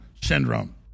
syndrome